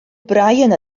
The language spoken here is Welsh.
bryan